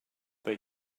but